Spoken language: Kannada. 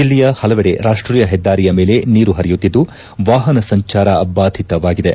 ಜಲ್ಲೆಯ ಪಲವೆಡೆ ರಾಷ್ಷೀಯ ಹೆದ್ದಾರಿಯ ಮೇಲೆ ನೀರು ಪರಿಯುತ್ತಿದ್ದು ವಾಪನ ಸಂಚಾರ ಭಾದಿತವಾಗಿದೆ